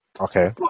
okay